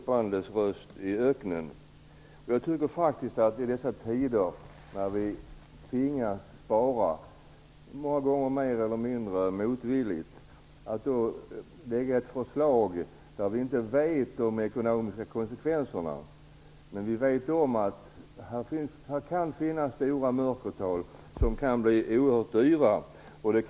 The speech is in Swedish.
Den är alltså ingen ropandes röst i öknen. I dessa tider, när vi många gånger tvingas spara mer eller mindre motvilligt, läggs det nu fram ett förslag vars ekonomiska konsekvenser vi inte känner till. Vi vet dock att det kan finnas stora mörkertal, som kan bli oerhört kostsamma.